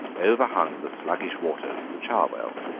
overhung the slugish waters of the cherwell.